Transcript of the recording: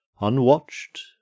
unwatched